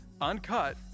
uncut